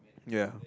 ya